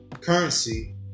Currency